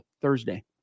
thursday